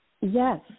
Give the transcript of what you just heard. Yes